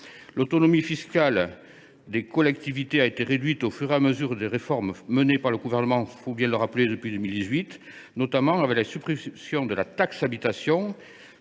l’autonomie fiscale des collectivités a été réduite au fur et à mesure des réformes menées par le Gouvernement depuis 2018. En particulier, les suppressions de la taxe d’habitation